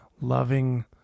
loving